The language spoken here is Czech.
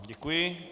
Děkuji.